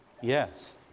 Yes